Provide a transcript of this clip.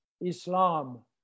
Islam